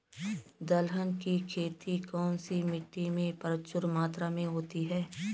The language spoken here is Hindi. दलहन की खेती कौन सी मिट्टी में प्रचुर मात्रा में होती है?